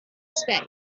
space